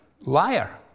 liar